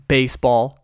Baseball